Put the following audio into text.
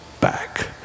back